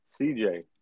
CJ